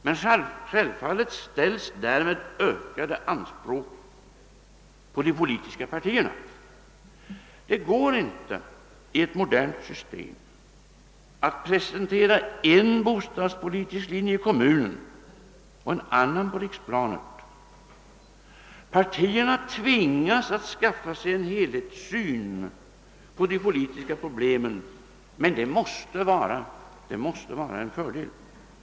Men självfallet ställs därmed ökade anspråk på de politiska partierna. Det går inte i ett modernt system att presentera en bostadspolitisk linje i kommunen och en annan på riksplanet. Partierna tvingas att skaffa sig en helhetssyn på de politiska problemen, men detta måste vara en fördel.